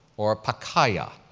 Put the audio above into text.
or pacaya?